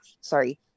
sorry